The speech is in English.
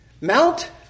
Mount